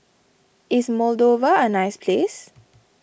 is Moldova a nice place